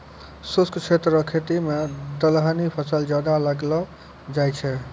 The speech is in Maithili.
शुष्क क्षेत्र रो खेती मे दलहनी फसल ज्यादा लगैलो जाय छै